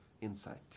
insight